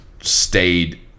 stayed